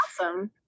Awesome